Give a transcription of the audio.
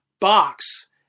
box